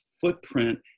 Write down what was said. footprint